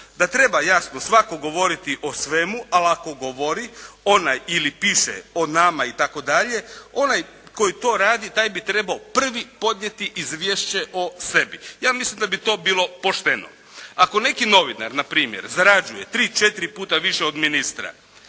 da treba jasno svatko govoriti o svemu, ali ako govori onaj ili piše o nama itd. onaj koji to radi taj bi trebao prvi podnijeti izvješće o sebi. Ja mislim da bi to bilo pošteno. Ako neki novinar npr. zarađuje tri-četiri puta više od ministra,